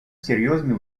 серьезные